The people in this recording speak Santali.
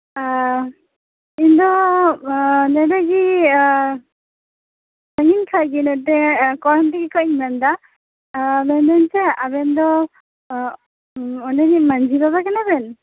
ᱤᱧ ᱫᱚ ᱱᱚᱸᱰᱮ ᱜᱮ ᱥᱟᱺᱜᱤᱧ ᱠᱷᱚᱱ ᱜᱮ ᱱᱚᱸᱰᱮ ᱠᱚᱨᱵᱤᱞ ᱠᱷᱚᱱ ᱤᱧ ᱢᱮᱱ ᱮᱫᱟ ᱢᱮᱱᱫᱟᱹᱧ ᱪᱮᱫ ᱟᱵᱮᱱ ᱫᱚ ᱚᱸᱰᱮ ᱨᱮᱱ ᱢᱟᱺᱡᱷᱤ ᱵᱟᱵᱟ ᱠᱟᱱᱟ ᱵᱮᱱ